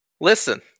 Listen